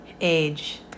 age